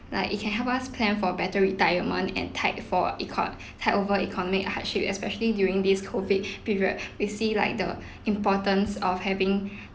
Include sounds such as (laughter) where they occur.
like it can help us plan for better retirement and tide for eco~ tide over economic hardship especially during this COVID period we see like the importance of having (breath)